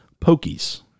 pokies